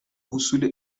حصول